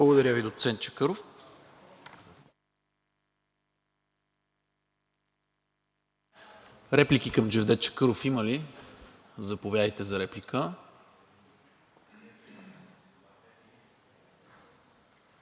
Благодаря Ви, доцент Чакъров. Реплики към Джевдет Чакъров има ли? Заповядайте за реплика.